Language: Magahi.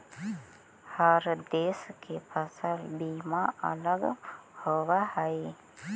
हर देश के फसल बीमा अलग होवऽ हइ